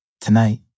tonight